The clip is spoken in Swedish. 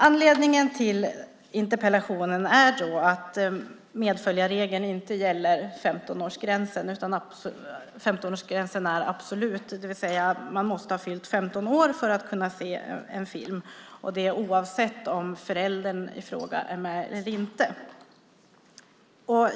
Anledningen till interpellationen är att medföljarregeln inte gäller 15-årsgränsen utan att 15-årsgränsen är absolut, det vill säga att man måste ha fyllt 15 år för att kunna se en sådan film oavsett om föräldern i fråga är med eller inte.